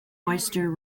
oyster